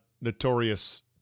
Notorious